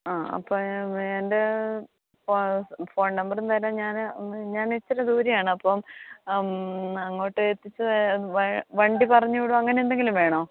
ആ അപ്പം എൻ്റെ ഫോൺ നമ്പറും തരാം ഞാന് ഒന്ന് ഞാൻ ഇച്ചിരെ ദൂരെയാണ് അപ്പം അങ്ങോട്ട് എത്തിച്ചു വണ്ടി പറഞ്ഞു വിടുമോ അങ്ങനെ എന്തെങ്കിലും വേണോ